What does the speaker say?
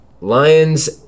Lions